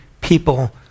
people